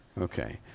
Okay